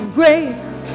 grace